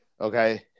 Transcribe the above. Okay